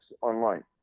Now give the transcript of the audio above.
online